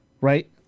Right